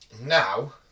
Now